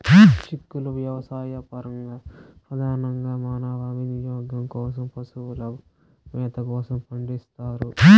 చిక్కుళ్ళు వ్యవసాయపరంగా, ప్రధానంగా మానవ వినియోగం కోసం, పశువుల మేత కోసం పండిస్తారు